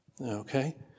Okay